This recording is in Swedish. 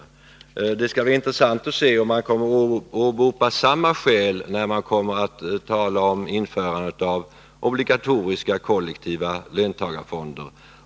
Det skall också bli intressant att se om man kommer att åberopa sådana jämförelser vid argumentationen för införandet av obligatoriska kollektiva löntagarfonder.